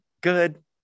good